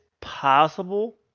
possible